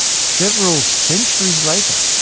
several centuries later,